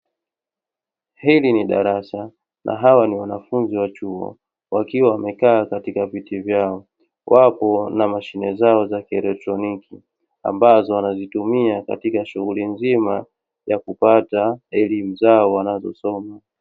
Hili ni darasa na hawa ni wanafunzi wa chuo, wakiwa wamekaa katika viti vyao, wapo na mashine zao za kielektroniki ambazo wanazitumia katika shughuli nzima ya kupata elimu zao wanazosoma.